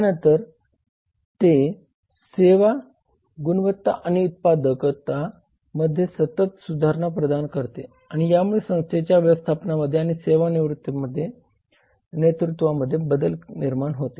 त्यानंतर ते सेवा गुणवत्ता आणि उत्पादकता मध्ये सतत सुधारणा प्रदान करते आणि यामुळेच संस्थेच्या व्यवस्थापनामध्ये आणि सेवा नेतृत्वामध्ये बदल निर्माण होते